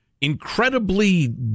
incredibly